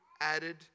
added